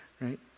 right